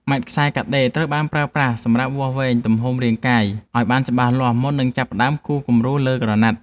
ម៉ែត្រខ្សែកាត់ដេរត្រូវបានប្រើសម្រាប់វាស់វែងទំហំរាងកាយឱ្យបានច្បាស់លាស់មុននឹងចាប់ផ្ដើមគូរគំរូនៅលើក្រណាត់។